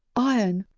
iron,